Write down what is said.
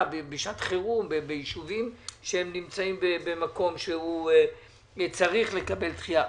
בשעת חירום בישובים שנמצאים במקום שצריך לקבל דחייה.